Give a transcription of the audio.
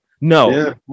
No